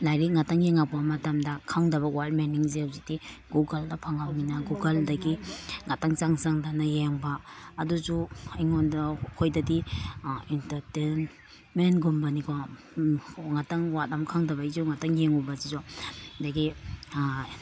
ꯂꯥꯏꯔꯤꯛ ꯉꯥꯛꯇꯪ ꯌꯦꯡꯉꯛꯄ ꯃꯇꯝꯗ ꯈꯪꯗꯕ ꯋꯥꯔꯗ ꯃꯤꯅꯤꯡꯁꯦ ꯍꯧꯖꯤꯛꯇꯤ ꯒꯨꯒꯜꯗ ꯐꯪꯂꯕꯅꯤꯅ ꯒꯨꯒꯜꯗꯒꯤ ꯉꯥꯛꯇꯪ ꯆꯪ ꯆꯪꯗꯅ ꯌꯦꯡꯕ ꯑꯗꯨꯁꯨ ꯑꯩꯉꯣꯟꯗ ꯑꯩꯈꯣꯏꯗꯗꯤ ꯑꯦꯟꯇꯔꯇꯦꯟꯃꯦꯟꯒꯨꯝꯕꯅꯤꯀꯣ ꯉꯥꯛꯇꯪ ꯋꯥꯔꯗ ꯑꯃ ꯈꯪꯗꯕꯩꯁꯨ ꯉꯥꯛꯇꯪ ꯌꯦꯡꯉꯨꯕꯁꯤꯁꯨ ꯑꯗꯒꯤ